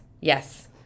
yes